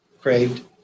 craved